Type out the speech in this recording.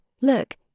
Look